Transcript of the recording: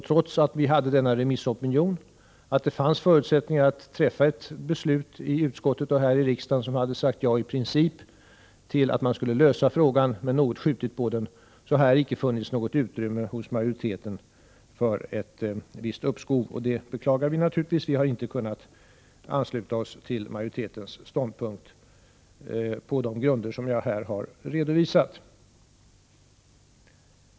Trots remissopinionen och att det fanns förutsättningar att träffa ett beslut iutskottet och här i riksdagen som hade sagt ja i princip till att man skulle lösa frågan men något skjutit på avgörandet, har det icke funnits något utrymme hos majoriteten för ett visst uppskov, och det beklagar vi naturligtvis. Vi har inte kunnat ansluta oss till majoritetens ståndpunkt, på de grunder som jag här har redovisat.